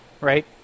right